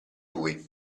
lui